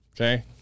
Okay